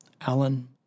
Alan